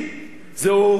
זה הוריד את האבטלה,